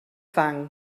fang